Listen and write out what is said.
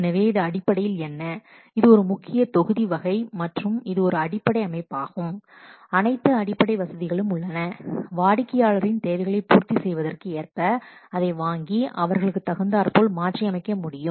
எனவே இது அடிப்படையில் என்ன இது ஒரு முக்கிய தொகுதி வகை மற்றும் இது ஒரு அடிப்படை அமைப்பாகும் அனைத்து அடிப்படை வசதிகளும் உள்ளன வாடிக்கையாளரின் தேவைகளைப் பூர்த்தி செய்வதற்கு ஏற்ப அதை வாங்கி அவர்களுக்கு தகுந்தார்போல் மாற்றி அமைக்க முடியும்